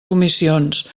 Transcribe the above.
comissions